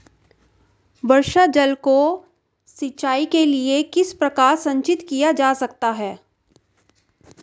वर्षा जल को सिंचाई के लिए किस प्रकार संचित किया जा सकता है?